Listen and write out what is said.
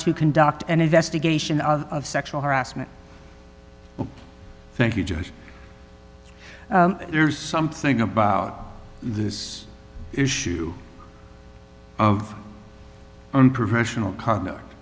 to conduct an investigation of sexual harassment thank you judge there's something about the issue of unprofessional conduct